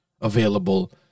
available